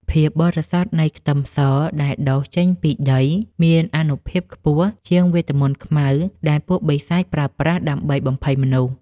ភាពបរិសុទ្ធនៃខ្ទឹមសដែលដុះចេញពីដីមានអានុភាពខ្ពស់ជាងវេទមន្តខ្មៅដែលពួកបិសាចប្រើប្រាស់ដើម្បីបំភ័យមនុស្ស។